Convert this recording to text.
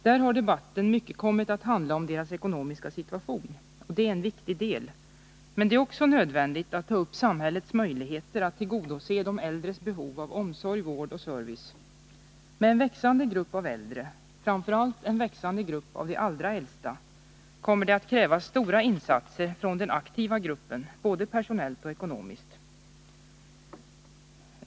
Här har debatten mycket kommit att handla om deras ekonomiska situation. Och det är en viktig del. Men det är också nödvändigt att ta upp samhällets möjligheter att tillgodose de äldres behov av omsorg, service och vård. Med en växande grupp av äldre, framför allt en växande grupp av de allra äldsta, kommer det att krävas stora insatser från den aktiva gruppen, både personellt och ekonomiskt.